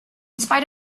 spite